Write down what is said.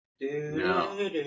No